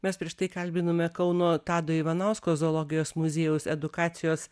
mes prieš tai kalbinome kauno tado ivanausko zoologijos muziejaus edukacijos